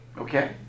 Okay